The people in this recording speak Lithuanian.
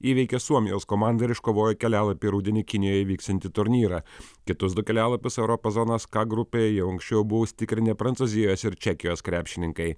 įveikė suomijos komandą ir iškovojo kelialapį į rudenį kinijoje vyksiantį turnyrą kitus du kelialapius europos zonos k grupėje jau anksčiau buvo užsitikrinę prancūzijos ir čekijos krepšininkai